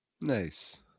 Nice